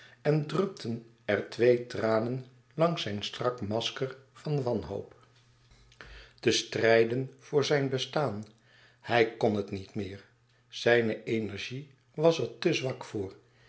en drupten er twee tranen langs zijn strak masker van wanhoop te strijden voor zijn bestaan hij kon het niet meer zijne energie was er te zwak voor